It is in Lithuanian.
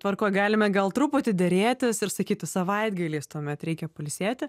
tvarkoj galime gal truputį derėtis ir sakyti savaitgaliais tuomet reikia pailsėti